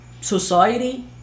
society